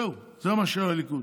זהו, זה מה שהיה לליכוד.